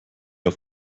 auf